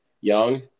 young